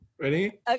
Ready